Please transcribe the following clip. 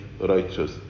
Righteous